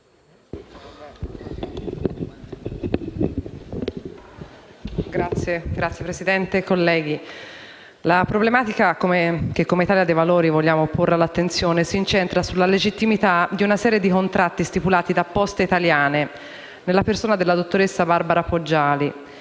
Signor Presidente, colleghi, la problematica che come Italia dei Valori vogliamo porre all'attenzione si incentra sulla legittimità di una serie di contratti stipulati dalla società Poste italiane, nella persona della dottoressa Barbara Poggiali,